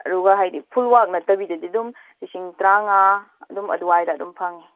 ꯑꯗꯨꯒ ꯍꯥꯏꯗꯤ ꯐꯨꯜ ꯋꯥꯛ ꯅꯠꯇꯕꯤꯗꯗꯤ ꯑꯗꯨꯝ ꯂꯤꯁꯤꯡ ꯇꯔꯥ ꯃꯉꯥ ꯑꯗꯨꯝ ꯑꯗꯨꯋꯥꯏꯗ ꯑꯗꯨꯝ ꯐꯪꯏ